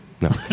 No